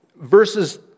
verses